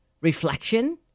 reflection